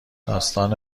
داستان